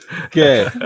okay